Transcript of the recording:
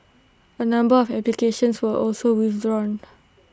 A number of applications were also withdrawned